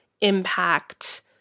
impact